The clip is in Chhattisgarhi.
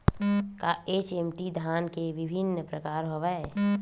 का एच.एम.टी धान के विभिन्र प्रकार हवय?